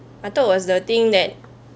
I thought was the thing that